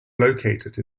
located